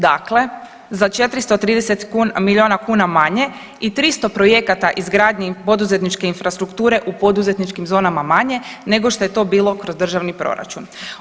Dakle, za 430 miliona kuna manje i 300 projekata izgradnje poduzetničke infrastrukture u poduzetničkim zonama manje nego što je to bilo kroz državni proračun.